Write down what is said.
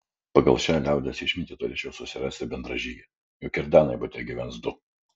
pagal šią liaudies išmintį turėčiau susirasti bendražygę juk ir danai bute gyvens du